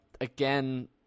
again